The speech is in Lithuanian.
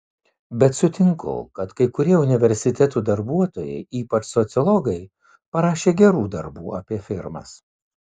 bet sutinku kad kai kurie universitetų darbuotojai ypač sociologai parašė gerų darbų apie firmas